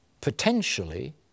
potentially